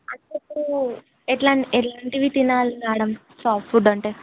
అంటే ఇప్పుడు ఎట్లాంటి ఎట్లాంటివి తినాలి మ్యాడం సాఫ్ట్ ఫుడ్ అంటే